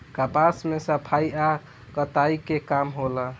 कपास के सफाई आ कताई के काम होला